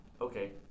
Okay